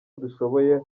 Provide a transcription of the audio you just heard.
dushoboye